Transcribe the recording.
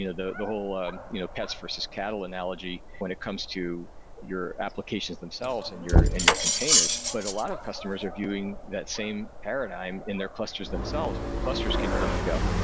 you know the the whole um you know pets versus cattle analogy when it comes to your applications themselves and your and your containers, but a lot of customers are viewing that same paradigm in their clusters themselves where the clusters can come and go.